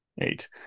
Eight